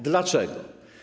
Dlaczego?